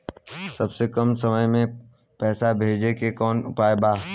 सबसे कम समय मे पैसा भेजे के कौन उपाय बा?